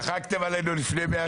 צחקתם עלינו לפני מאה שנה, ואנחנו פה.